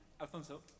Alfonso